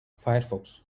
firefox